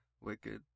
wicked